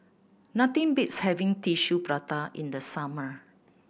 nothing beats having Tissue Prata in the summer